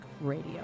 Radio